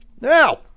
now